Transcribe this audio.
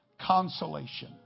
consolation